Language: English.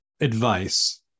advice